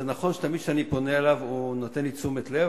זה נכון שתמיד כשאני פונה אליו הוא נותן לי תשומת לב,